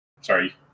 Sorry